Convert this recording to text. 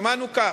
שמענו כך: